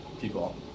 people